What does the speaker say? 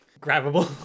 Grabbable